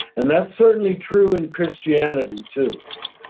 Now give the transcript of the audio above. and that's certainly true in christianity too,